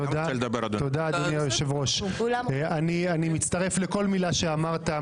תודה אדוני היושב-ראש, אני מצטרף לכל מילה שאמרת.